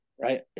Right